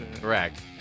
correct